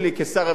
כשר הרווחה,